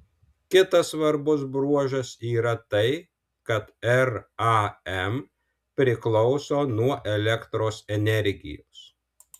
kitas svarbus bruožas yra tai kad ram priklauso nuo elektros energijos